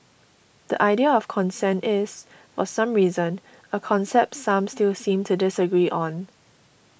the idea of consent is for some reason a concept some still seem to disagree on